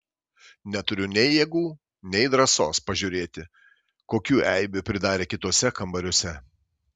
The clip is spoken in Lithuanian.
neturiu nei jėgų nei drąsos pažiūrėti kokių eibių pridarė kituose kambariuose